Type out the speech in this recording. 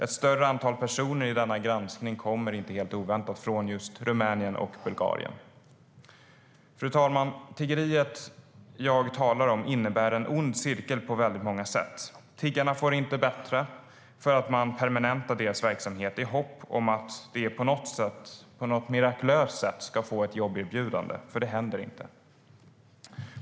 Ett större antal personer i denna granskning kommer inte helt oväntat från Rumänien och Bulgarien. Fru talman! Det tiggeri jag talar om innebär en ond cirkel på många sätt. Tiggarna får det inte bättre för att man permanentar deras verksamhet i hopp om att de på något mirakulöst sätt ska få ett jobberbjudande. För det händer inte.